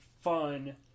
fun